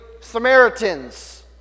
Samaritans